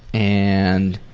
and